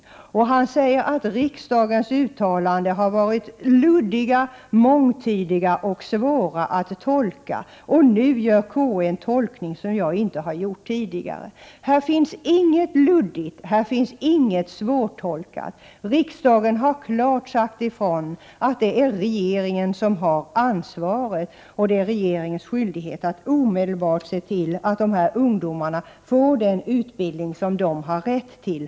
Vidare sade statsrådet Lindqvist att riksdagens uttalanden har varit luddiga, mångtydiga och svåra att tolka, och att konstitutionsutskottet nu gör en tolkning som han inte gjort tidigare. Jag vill hävda att här finns ingenting luddigt eller svårtolkat. Riksdagen har klart sagt ifrån att det är regeringen som har ansvaret i dessa frågor, och det är regeringens skyldighet att omedelbart se till att dessa ungdomar får den utbildning de har rätt till.